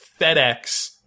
FedEx